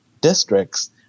districts